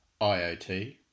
IoT